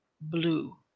blue